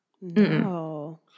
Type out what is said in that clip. no